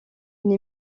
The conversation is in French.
une